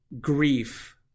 grief